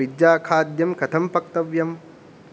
पिज्जाखाद्यं कथं पक्तव्यम्